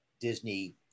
Disney